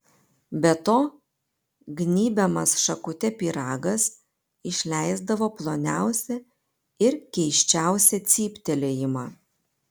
be to gnybiamas šakute pyragas išleisdavo ploniausią ir keisčiausią cyptelėjimą